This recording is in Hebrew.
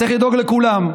צריך לדאוג לכולם,